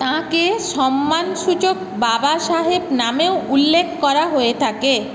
তাঁকে সম্মানসূচক বাবাসাহেব নামেও উল্লেখ করা হয়ে থাকে